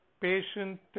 patient